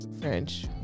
French